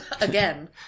Again